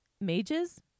Mages